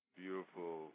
beautiful